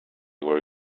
where